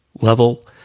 level